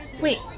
Wait